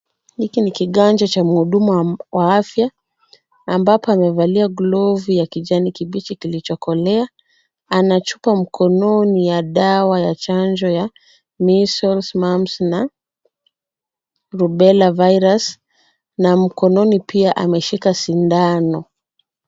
Hiki ni kiganja cha mhudumu wa afya ambapo amevalia glavu ya kijani kibichi kilichokolea. Anachukua mkononi dawa ya chanjo ya measles, mumps na rubella virus na mkononi pia ameshika sindano.